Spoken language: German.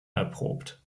erprobt